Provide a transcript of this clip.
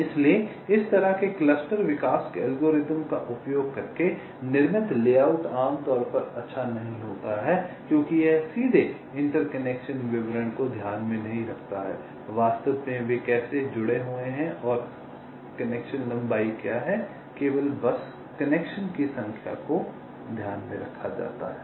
इसलिए इस तरह के क्लस्टर विकास एल्गोरिदम का उपयोग करके निर्मित लेआउट आमतौर पर अच्छा नहीं होता है क्योंकि यह सीधे इंटर कनेक्शन विवरण को ध्यान में नहीं रखता है वास्तव में वे कैसे जुड़े हुए हैं और कनेक्शन लंबाई क्या है केवल बस कनेक्शन की संख्या को ध्यान में रखा जाता है